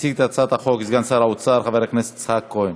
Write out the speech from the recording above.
יציג את הצעת החוק סגן שר האוצר חבר הכנסת יצחק כהן.